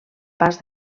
pas